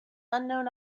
unknown